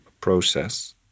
process